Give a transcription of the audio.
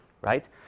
right